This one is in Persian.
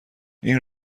این